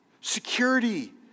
security